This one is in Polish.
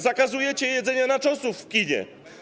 Zakazujecie jedzenia nachosów w kinie.